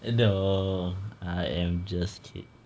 eh no I am just kid